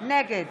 נגד